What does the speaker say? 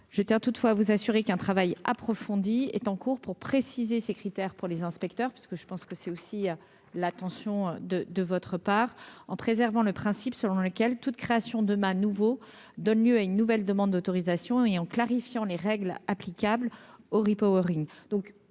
je tiens toutefois vous assurer qu'un travail approfondi est en cours pour préciser ses. Critères pour les inspecteurs, parce que je pense que c'est aussi à l'attention de de votre part, en préservant le principe selon lequel toute création de nouveau donne lieu à une nouvelle demande d'autorisation et en clarifiant les règles applicables oripeaux